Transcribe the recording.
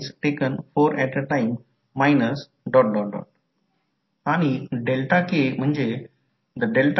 तर हा कॉइलचा सेल्फ इंडक्टन्स आहे आणि फ्लक्स लिंकिंगमुळे कॉइल 1 मध्ये तयार झालेले व्होल्टेज v1 आहे